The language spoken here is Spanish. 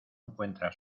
encuentra